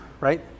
right